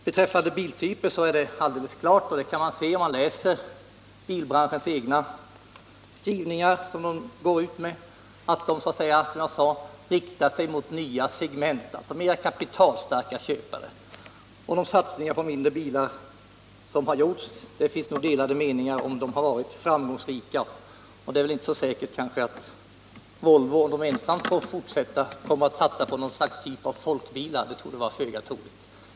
Beträffande biltyper är det alldeles klart, något som man också kan utläsa av bilbranschens egna skrivningar, att de riktar sig mot mer kapitalstarka köpare. Det finns nog delade meningar om huruvida de satsningar som har gjorts på mindre bilar har varit framgångsrika. Det är väl inte så säkert att Volvo, om företaget får fortsätta ensamt, kommer att satsa på något slags folkbilar. Det är nog i stället föga troligt.